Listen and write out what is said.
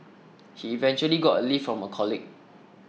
he eventually got a lift from a colleague